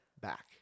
back